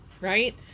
right